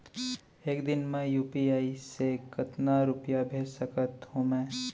एक दिन म यू.पी.आई से कतना रुपिया भेज सकत हो मैं?